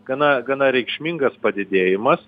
gana gana reikšmingas padidėjimas